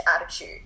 attitude